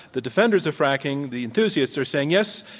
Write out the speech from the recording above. the defenders of fracking, the enthusiasts, are saying, yes,